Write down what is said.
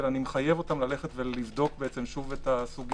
אלא אני מחייב אותם ללכת ולבדוק שוב את הסוגיה.